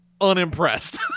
unimpressed